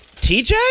TJ